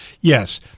yes